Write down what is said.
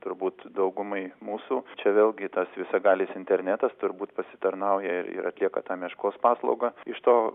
turbūt daugumai mūsų čia vėlgi tas visagalis internetas turbūt pasitarnauja ir atlieka tą meškos paslaugą iš to